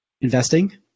investing